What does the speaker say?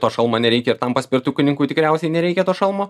to šalmo nereikia ir tam paspirtukininkui tikriausiai nereikia to šalmo